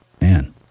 Man